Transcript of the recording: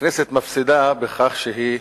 שהכנסת מפסידה בכך שהיא